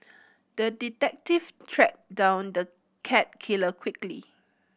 the detective tracked down the cat killer quickly